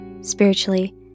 spiritually